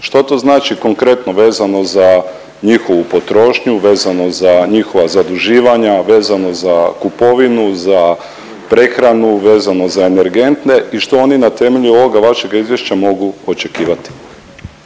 što to znači konkretno vezano za njihovu potrošnju, vezano za njihova zaduživanja, vezano za kupovinu, za prehranu, vezano za energente i što oni na temelju ovoga vašega izvješća mogu očekivati?